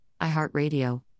iHeartRadio